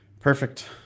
Perfect